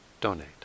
donate